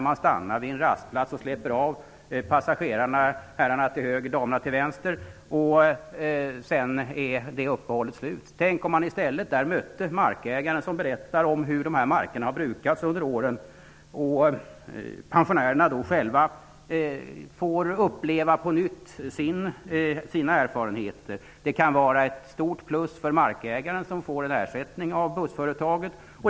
Man stannar vid en rastplats och släpper av passagerarna -- herrarna till höger och damerna till vänster -- och sedan är uppehållet slut. Tänk om man i stället där mötte markägaren som berättar om hur markerna har brukats under åren! Pensionärerna skulle då på nytt själva få uppleva sina erfarenheter. Det kan vara ett stort plus för markägaren som får en ersättning av bussföretaget.